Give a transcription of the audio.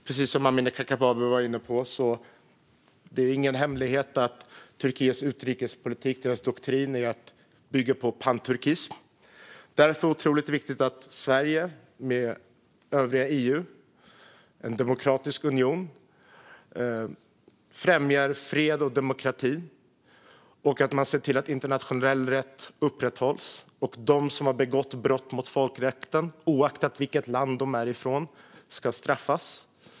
Precis som Amineh Kakabaveh var inne på är det ingen hemlighet att Turkiets doktrin i utrikespolitiken är att bygga på panturkism. Därför är det otroligt viktigt att Sverige med övriga EU, en demokratisk union, främjar fred och demokrati och ser till att internationell rätt upprätthålls. De som har begått brott mot folkrätten, oavsett vilket land de är ifrån, ska straffas.